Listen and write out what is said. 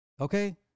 Okay